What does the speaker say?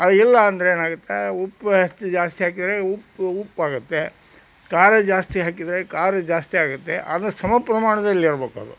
ಇಲ್ಲಾಂದರೆ ಏನಾಗುತ್ತೆ ಉಪ್ಪು ಹೆಚ್ಚು ಜಾಸ್ತಿ ಹಾಕಿದ್ರೆ ಉಪ್ಪು ಉಪ್ಪಾಗುತ್ತೆ ಖಾರ ಜಾಸ್ತಿ ಹಾಕಿದರೆ ಖಾರ ಜಾಸ್ತಿ ಆಗುತ್ತೆ ಅಂದರೆ ಸಮ ಪ್ರಮಾಣದಲ್ಲಿರಬೇಕದು